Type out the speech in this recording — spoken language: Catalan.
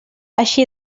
eixir